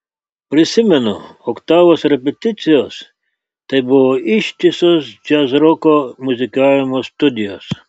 prisimenu oktavos repeticijas tai buvo ištisos džiazroko muzikavimo studijos